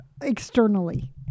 externally